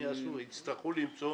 הם יצטרכו למצוא